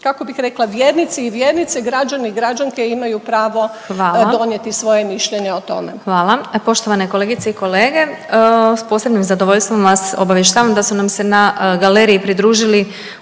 kako bih rekla vjernici i vjernice, građani i građanke imaju pravo donijeti svoje mišljenje o tome. **Glasovac, Sabina (SDP)** Hvala. Poštovane kolegice i kolege s posebnim zadovoljstvom vas obavještavam da su nam se na galeriji pridružili